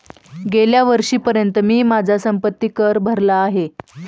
गेल्या वर्षीपर्यंत मी माझा संपत्ति कर भरला आहे